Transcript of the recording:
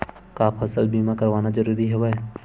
का फसल बीमा करवाना ज़रूरी हवय?